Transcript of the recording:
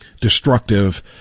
destructive